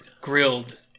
grilled